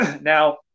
Now